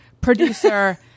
producer